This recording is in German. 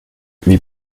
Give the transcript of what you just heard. wie